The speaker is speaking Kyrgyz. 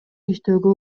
иштөөгө